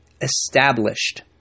established